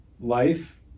life